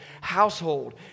household